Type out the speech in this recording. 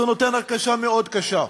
זה נותן הרגשה מאוד קשה.